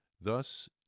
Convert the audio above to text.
thus